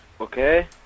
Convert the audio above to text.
Okay